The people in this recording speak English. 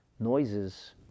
Noises